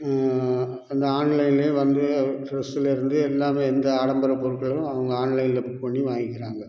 அந்த ஆன்லைன்லேயும் வந்து ட்ரெஸ்ஸுலேருந்து எல்லாம் எந்த ஆடம்பர பொருட்களும் அவங்க ஆன்லைனில் புக் பண்ணி வாங்கிக்கிறாங்க